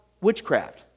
witchcraft